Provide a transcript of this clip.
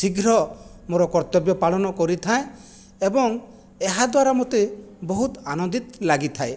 ଶୀଘ୍ର ମୋର କର୍ତ୍ତବ୍ୟ ପାଳନ କରିଥାଏ ଏବଂ ଏହାଦ୍ୱାରା ମୋତେ ବହୁତ ଆନନ୍ଦିତ୍ ଲାଗିଥାଏ